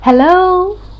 hello